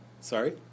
Sorry